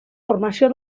formació